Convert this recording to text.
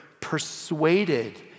persuaded